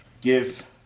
give